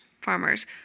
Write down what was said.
farmers